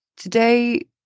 Today